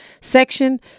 section